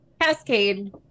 Cascade